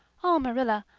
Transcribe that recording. oh, marilla,